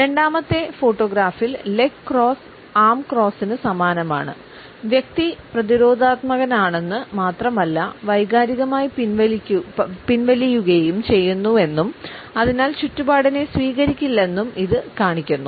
രണ്ടാമത്തെ ഫോട്ടോഗ്രാഫിൽ leg cross arm ക്രോസ്സിനു സമാനമാണ് വ്യക്തി പ്രതിരോധാത്മകനാണെന്ന് മാത്രമല്ല വൈകാരികമായി പിൻവലിയുകയും ചെയ്യുന്നുവെന്നും അതിനാൽ ചുറ്റുപാടിനെ സ്വീകരിക്കില്ലെന്നും ഇത് കാണിക്കുന്നു